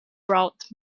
brought